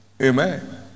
Amen